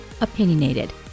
opinionated